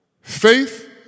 Faith